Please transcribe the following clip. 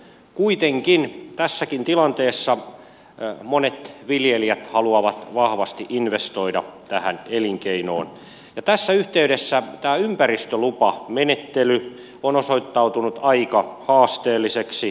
kuitenkin tässäkin tilanteessa monet viljelijät haluavat vahvasti investoida tähän elinkeinoon ja tässä yhteydessä tämä ympäristölupamenettely on osoittautunut aika haasteelliseksi